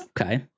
Okay